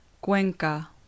Cuenca